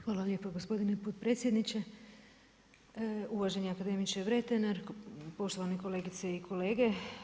Hvala lijepo gospodine potpredsjedniče, uvaženi akademiče Vretenar, poštovane kolegice i kolege.